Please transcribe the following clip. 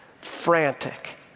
frantic